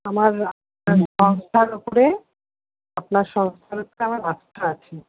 আমার রাস্তার উপরে আপনার সংস্থার উপরে আমার আস্থা আছি